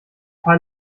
paar